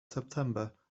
september